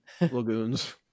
lagoons